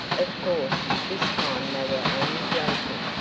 of course, this time they were only joking,